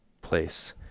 place